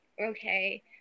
okay